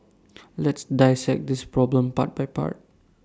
let's dissect this problem part by part